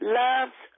loves